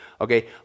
Okay